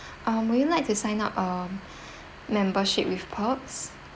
um would you like to sign up uh membership with us